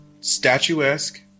statuesque